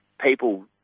people